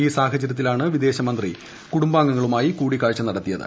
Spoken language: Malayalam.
ഈ സാഹചര്യത്തിലാണ് വിദേശകാര്യമന്ത്രി കൂടുംബാംഗങ്ങളുമായി കൂടിക്കാഴ്ച നടത്തിയത്